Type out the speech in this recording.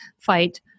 fight